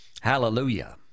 Hallelujah